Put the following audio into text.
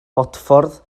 bodffordd